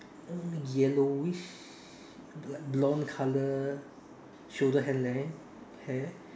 uh yellowish blonde colour shoulder hair length hair